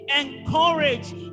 encourage